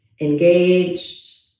engaged